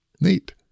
Neat